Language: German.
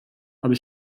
aber